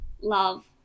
love